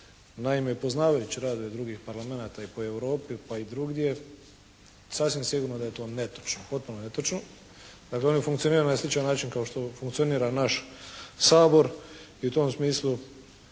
Naime, poznavajući rad drugih parlamenata i po Europi pa i drugdje sasvim sigurno da je to netočno. Dakle oni funkcioniraju na sličan način kao što funkcionira naš Sabor. I u tom smislu